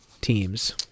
teams